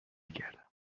کردم